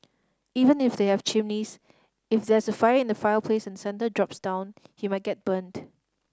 even if they have chimneys if there's a fire in the fireplace and Santa drops down he might get burnt